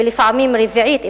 ולפעמים רביעית,